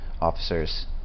officers